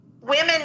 Women